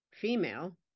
female